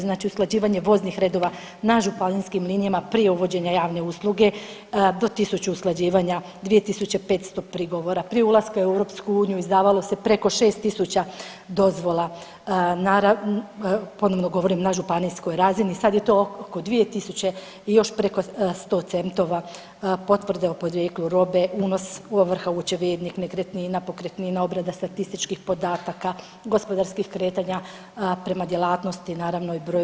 Znači usklađivanje voznih redova na županijskim linijama prije uvođenja javne usluge do 1000 usklađivanja, 205 prigovora, prije ulaska u EU izdavalo se preko 6000 dozvola, ponovno govorim na županijskoj razini, sad je to oko 2000 i još preko 100 centova, potvrde o podrijetlu robe, unos ovrha u očevidnik, nekretnina, pokretnina, obrada statističkih podataka, gospodarskih kretanja prema djelatnosti naravno i broju.